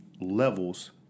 levels